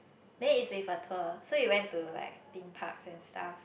then is with a tour so we went to like Theme-Park and stuff